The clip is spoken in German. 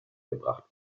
gebracht